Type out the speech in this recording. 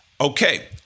Okay